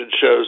shows